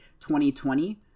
2020